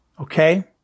okay